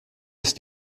ist